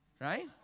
right